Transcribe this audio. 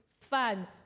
fun